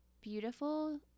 beautiful